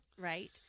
Right